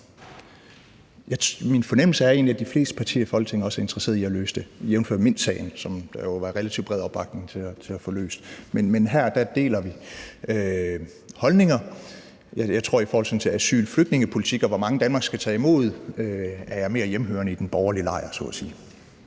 Min fornemmelse er egentlig, at de fleste partier i Folketinget også er interesseret i at løse det, jævnfør Mintsagen, som der jo var relativt bred opbakning til at få løst. Her deler vi holdninger. Jeg tror, at i forhold til asyl- og flygtningepolitik, og hvor mange Danmark skal tage imod, er jeg mere hjemmehørende i den borgerlige lejr, så at sige.